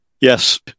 Yes